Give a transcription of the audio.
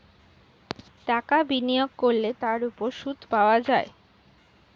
টাকা বিনিয়োগ করলে তার উপর সুদ পাওয়া যায়